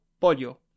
pollo